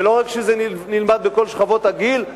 ולא רק שזה נלמד בכל שכבות הגיל,